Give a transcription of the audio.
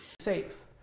Safe